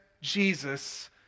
Jesus